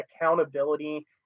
accountability